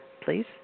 please